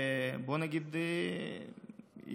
בואו נגיד ישירות,